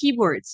keywords